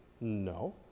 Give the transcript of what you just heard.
No